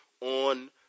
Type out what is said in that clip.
on